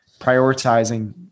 prioritizing